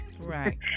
right